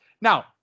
now